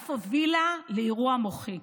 ואף הובילה לאירוע מוחי.